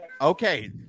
Okay